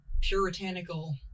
puritanical